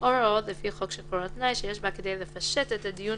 או הוראות לפי חוק שחרור על-תנאי שיש בה כדי לפשט את הדיון